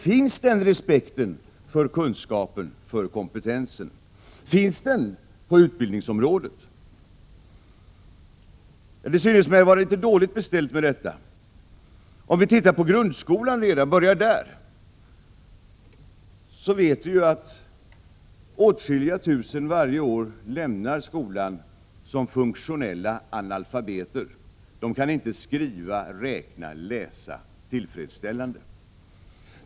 Finns den respekten för kunskap och kompetens? Finns den för utbildningsområdet? Det synes mig vara dåligt beställt med detta. Om vi börjar med att titta på grundskolan vet vi att åtskilliga tusen varje år lämnar skolan som funktionella analfabeter. De kan inte skriva, räkna eller läsa tillfredsställande.